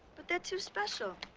but they're too special.